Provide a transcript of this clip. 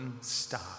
stop